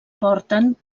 porten